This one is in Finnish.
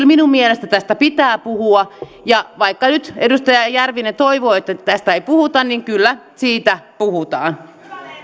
minun mielestäni tästä pitää puhua ja vaikka nyt edustaja järvinen toivoo että tästä ei puhuta niin kyllä siitä puhutaan